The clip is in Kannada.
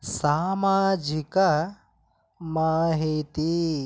ಸಾಮಾಜಿಕ ಮಾಹಿತಿ